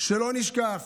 שלא נשכח,